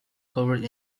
covered